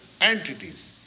entities